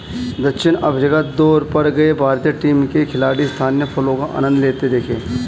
दक्षिण अफ्रीका दौरे पर गए भारतीय टीम के खिलाड़ी स्थानीय फलों का आनंद लेते दिखे